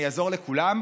אני אעזור לכולם.